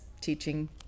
teaching